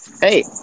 Hey